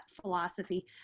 philosophy